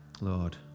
Lord